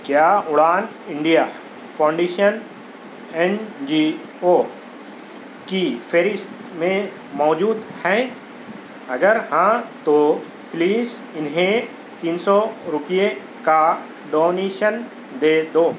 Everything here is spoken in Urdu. کیا Udaan India Foundation N G O کی فہرست میں موجود ہیں اگر ہاں تو پلیز اِنہیں تین سو روپیے کا ڈونیشن دے دو